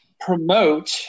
promote